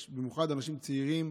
יש במיוחד אנשים צעירים,